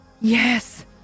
yes